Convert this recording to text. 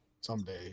Someday